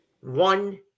one